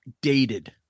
dated